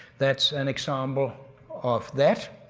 that's an example of that.